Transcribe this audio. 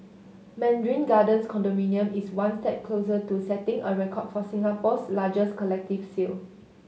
Mandarin Gardens condominium is one step closer to setting a record for Singapore's largest collective sale